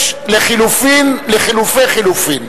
יש לחלופי חלופין,